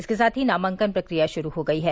इसके साथ ही नामांकन प्रक्रिया शुरू हो गई है